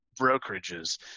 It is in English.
brokerages